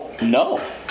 No